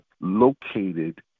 located